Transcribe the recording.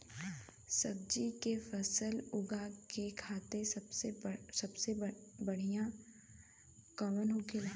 सब्जी की फसल उगा में खाते सबसे बढ़ियां कौन होखेला?